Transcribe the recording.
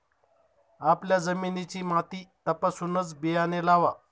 आपल्या जमिनीची माती तपासूनच बियाणे लावा